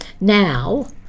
now